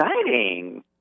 exciting